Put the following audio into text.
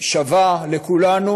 שווה לכולנו,